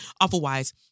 Otherwise